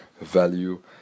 value